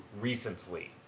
recently